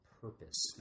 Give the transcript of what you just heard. purpose